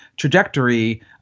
trajectory